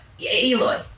Eloy